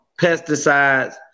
pesticides